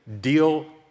Deal